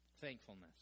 Thankfulness